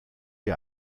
die